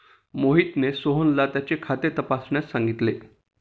मोहितने सोहनला त्याचे खाते तपासण्यास सांगितले